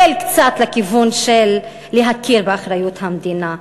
קצת לכיוון של להכיר באחריות המדינה.